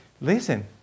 listen